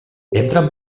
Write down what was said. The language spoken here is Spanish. entran